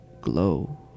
glow